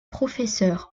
professeur